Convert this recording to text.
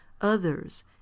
Others